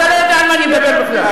אתה לא יודע על מה אני מדבר בכלל.